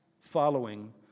following